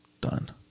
Done